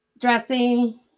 Dressing